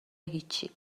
هیچی